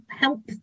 help